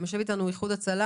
איחוד הצלה